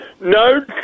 No